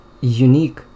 unique